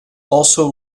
also